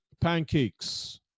pancakes